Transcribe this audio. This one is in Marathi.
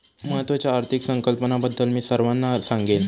महत्त्वाच्या आर्थिक संकल्पनांबद्दल मी सर्वांना सांगेन